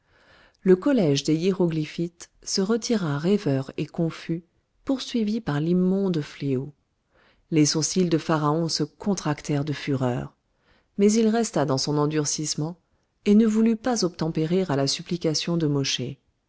le collège des hiéroglyphites se retira rêveur et confus poursuivi par l'immonde fléau les sourcils de pharaon se contractèrent de fureur mais il resta dans son endurcissement et ne voulut pas obtempérer à la supplication de